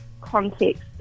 context